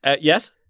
Yes